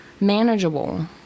manageable